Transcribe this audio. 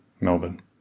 Melbourne